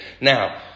Now